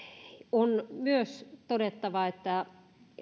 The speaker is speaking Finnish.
on myös todettava että